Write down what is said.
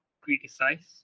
criticize